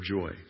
joy